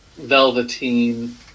velveteen